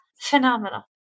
phenomenal